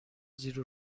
زیر